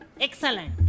Excellent